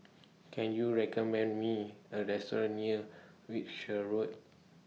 Can YOU recommend Me A Restaurant near Wiltshire Road